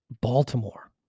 Baltimore